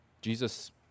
Jesus